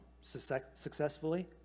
successfully